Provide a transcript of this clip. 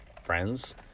friends